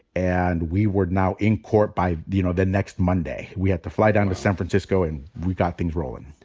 and we were now in court by, you know, the next monday. we had to fly down to san francisco and we got things rollin'.